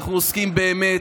אנחנו עוסקים באמת.